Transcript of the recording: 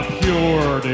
pure